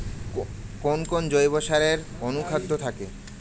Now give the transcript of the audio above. কোন কোন জৈব সারে অনুখাদ্য থাকে?